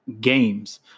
games